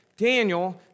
Daniel